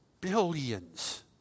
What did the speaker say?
billions